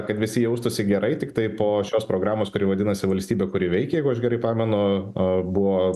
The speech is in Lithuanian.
kad visi jaustųsi gerai tiktai po šios programos kuri vadinasi valstybė kuri veikia jeigu aš gerai pamenu a buvo